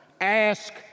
Ask